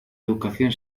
educación